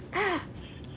ha